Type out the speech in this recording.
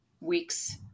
weeks